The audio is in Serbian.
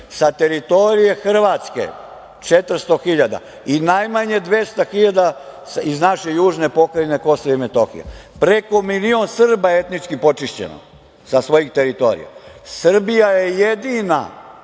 sa teritorije Hrvatske 400 hiljada i najmanje 200 hiljada iz naše južne pokrajine Kosova i Metohije. Preko milion Srba je etnički počišćeno sa svojih teritorija. Srbija je jedina